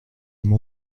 m’en